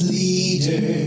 leader